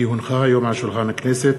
כי הונחו היום על שולחן הכנסת,